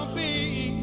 the